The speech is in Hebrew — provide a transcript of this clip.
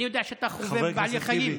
אני יודע שאתה חובב בעלי חיים.